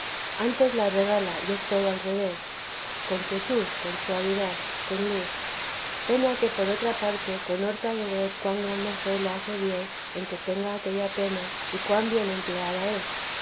antes te regala y es todo al revés con quietud con suavidad con luz pena que por otra parte conhorta de ver cuan gran merced le hace dios en que tenga aquella pena y cuan bien empleada es